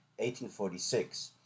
1846